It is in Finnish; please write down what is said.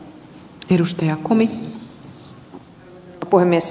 arvoisa puhemies